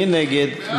מי נגד?